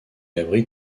abrite